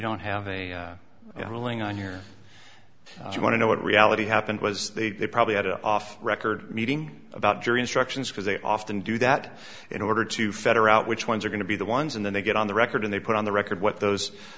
don't have a ruling on here if you want to know what reality happened was they probably had a off record meeting about jury instructions because they often do that in order to fetter out which ones are going to be the ones and then they get on the record and they put on the record what those